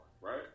right